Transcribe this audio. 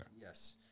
Yes